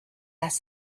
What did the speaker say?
last